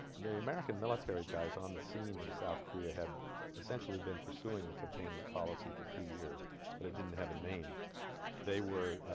the american military guys on the scene in south korea had essentially been pursuing a containment policy for two years but it didn't have a name they were ah.